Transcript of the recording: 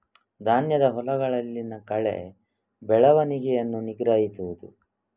ಧಾನ್ಯದ ಹೊಲಗಳಲ್ಲಿನ ಕಳೆ ಬೆಳವಣಿಗೆಯನ್ನು ನಿಗ್ರಹಿಸುವುದು